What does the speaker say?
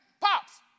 Pops